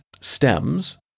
stems